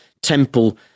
temple